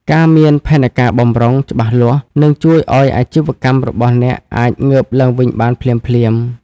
ការមាន ផែនការបម្រុង ច្បាស់លាស់ នឹងជួយឱ្យអាជីវកម្មរបស់អ្នកអាចងើបឡើងវិញបានភ្លាមៗ ។